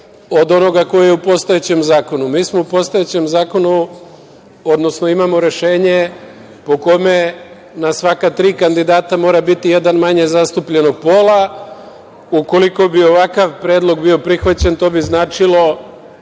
od onoga koje je u postojećem zakonu. Mi smo u postojećem zakonu, odnosno imamo rešenje po kome na svaka tri kandidata mora biti jedan manje zastupljenog pola. Ukoliko bi ovakav predlog bio prihvaćen to bi značilo